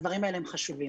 הדברים האלה הם חשובים.